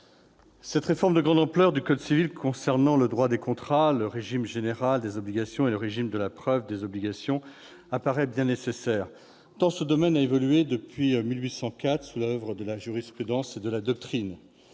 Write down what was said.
cette réforme de grande ampleur du code civil concernant le droit des contrats, le régime général des obligations et le régime de la preuve des obligations apparaît bien nécessaire, tant ce domaine a évolué depuis 1804, sous l'oeuvre de la jurisprudence et de la doctrine